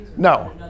No